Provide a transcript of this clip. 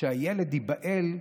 שהילד ייבהל,